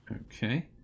Okay